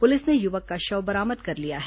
police ने युवक का शव बरामद कर लिया है